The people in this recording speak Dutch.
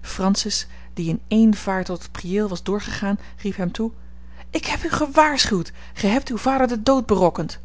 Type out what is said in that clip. francis die in één vaart tot het priëel was doorgegaan riep hem toe ik heb u gewaarschuwd gij hebt uw vader den dood berokkend